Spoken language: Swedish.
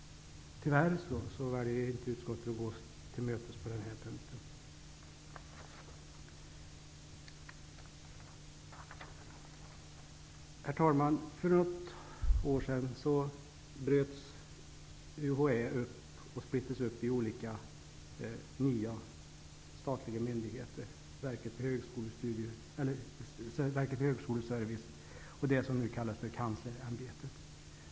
Tyvärr väljer inte utskottet att gå oss till mötes på den här punkten. Herr talman! För något år sedan splittrades UHÄ i olika nya statliga myndigheter; Verket för högskoleservice och det som nu kallas för Kanslersämbetet.